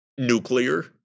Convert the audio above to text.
nuclear